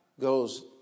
goes